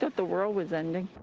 the world was ending.